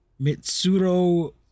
Mitsuro